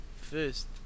first